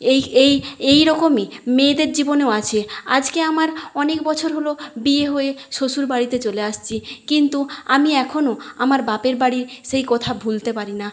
এই এই এই রকমই মেয়েদের জীবনেও আছে আজকে আমার অনেক বছর হলো বিয়ে হয়ে শ্বশুর বাড়িতে চলে আসছি কিন্তু আমি এখনো আমার বাপের বাড়ির সেই কথা ভুলতে পারি না